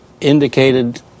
indicated